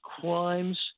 crimes